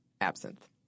absinthe